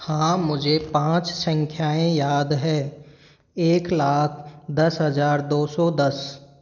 हाँ मुझे पाँच संख्याएँ याद हैँ एक लाख दस हज़ार दो सौ दस